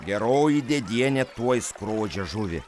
geroji dėdienė tuoj skrodžia žuvį